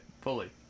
fully